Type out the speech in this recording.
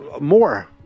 more